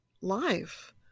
life